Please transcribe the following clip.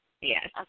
Yes